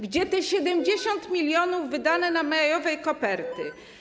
Gdzie te 70 mln zł wydane na majowe koperty?